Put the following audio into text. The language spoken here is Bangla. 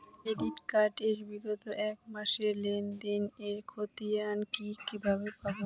ক্রেডিট কার্ড এর বিগত এক মাসের লেনদেন এর ক্ষতিয়ান কি কিভাবে পাব?